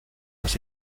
las